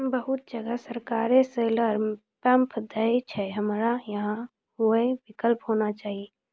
बहुत जगह सरकारे सोलर पम्प देय छैय, हमरा यहाँ उहो विकल्प होना चाहिए?